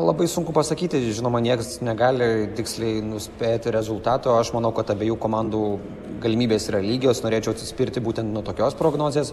labai sunku pasakyti žinoma nieks negali tiksliai nuspėti rezultato aš manau kad abiejų komandų galimybės yra lygios norėčiau atsispirti būtent nuo tokios prognozės